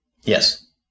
Yes